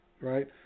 right